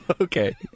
Okay